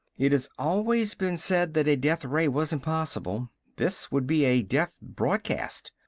it has always been said that a death-ray was impossible. this would be a death-broadcast.